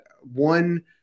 one